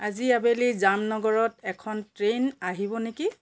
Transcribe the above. আজি আবেলি জামনগৰত এখন ট্ৰেইন আহিব নেকি